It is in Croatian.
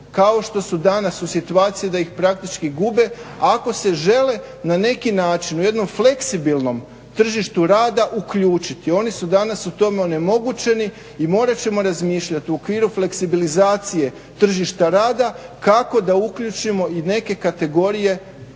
kao što su danas u situaciji da ih praktički gube ako se žele na neki način u jednom fleksibilnom tržištu rada uključiti. Oni su danas u tome onemogućeni i morat ćemo razmišljati u okviru fleksibilizacije tržišta rada kako da uključimo i neke kategorije